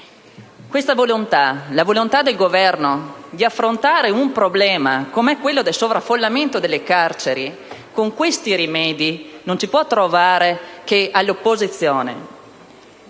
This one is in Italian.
scellerato. La volontà del Governo di affrontare un problema come quello del sovraffollamento nelle carceri con questi rimedi non ci può trovare che all'opposizione.